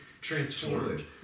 transformed